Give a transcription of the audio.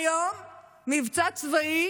היום מבצע צבאי